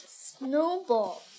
snowball